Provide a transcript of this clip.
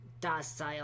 docile